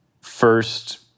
First